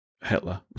Hitler